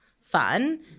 fun